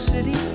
City